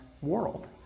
world